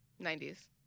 90s